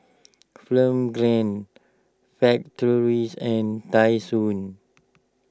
Film Grade Factories and Tai Sun